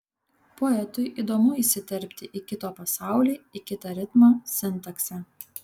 poetui įdomu įsiterpti į kito pasaulį į kitą ritmą sintaksę